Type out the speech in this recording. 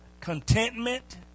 contentment